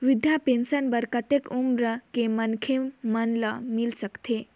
वृद्धा पेंशन बर कतेक उम्र के मनखे मन ल मिल सकथे?